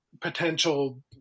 potential